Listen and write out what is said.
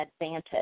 advantage